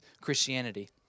Christianity